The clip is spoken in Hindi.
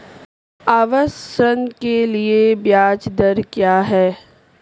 आवास ऋण के लिए ब्याज दर क्या हैं?